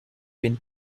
been